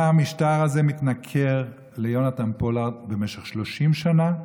מה המשטר הזה מתנכר ליונתן פולארד במשך 30 שנה?